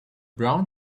brown